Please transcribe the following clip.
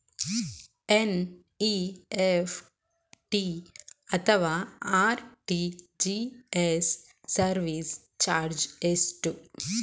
NEFT ಅಥವಾ RTGS service charge ಎಷ್ಟು?